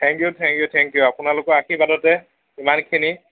thank you thank you thank you আপোনালোকৰ আৰ্শীবাদতে ইমানখিনি